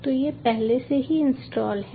तो यह पहले से ही इंस्टॉल है